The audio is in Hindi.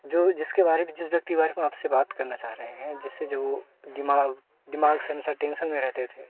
जो जिसके बारे में जिस व्यक्ति के बारे में आपसे बात करना चाह रहे हैं जिससे जो दिमाग दिमाग से हमेशा टेंशन में रहते थे